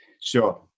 Sure